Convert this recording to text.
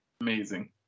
amazing